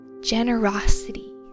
generosity